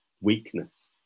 weakness